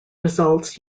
results